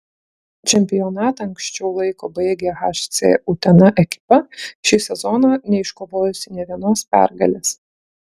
čempionatą anksčiau laiko baigė hc utena ekipa šį sezoną neiškovojusi nė vienos pergalės